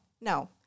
no